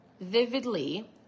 vividly